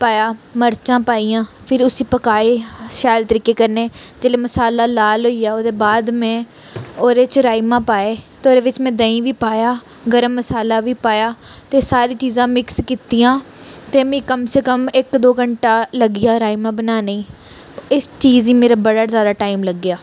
पाया मरचां पाइयां फिर उसी पकाई शैल तरीके कन्नै जेल्लै मसाला लाल होई गेआ ओह्दे बाद में ओह्दे च राज़मा पाए ते ओह्दे बिच्च में देही बी पाया गर्म मसाला बी पाया ते सारी चीज़ां मिक्स कीतियां ते मि कम से कम इक दो घैंटा लग्गी गेआ राज़मा बनाने गी इस चीज़ गी मेरा बड़ा ज्यादा टाइम लग्गेआ